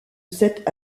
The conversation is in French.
sept